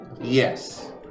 Yes